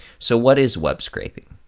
so what is web scraping?